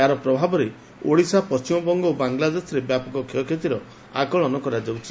ଏହାର ପ୍ରଭାବରେ ଓଡ଼ିଶା ପଣ୍ଟିମବଙ୍ଗ ଏବଂ ବାଂଲାଦେଶରେ ବ୍ୟାପକ କ୍ଷୟକ୍ଷତିର ଆକଳନ କରାଯାଉଛି